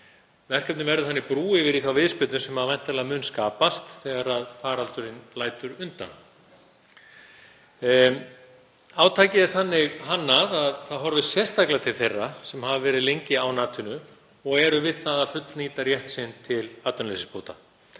Verkefnið verður þannig brú yfir í þá viðspyrnu sem væntanlega mun skapast þegar faraldurinn lætur undan. Átakið er þannig hannað að horft er sérstaklega til þeirra sem verið hafa lengi án atvinnu og eru við það að fullnýta rétt sinn til atvinnuleysisbóta.